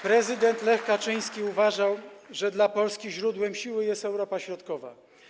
Prezydent Lech Kaczyński uważał, że dla Polski źródłem siły jest Europa Środkowa.